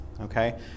okay